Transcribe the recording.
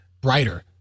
brighter